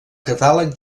catàleg